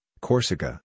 Corsica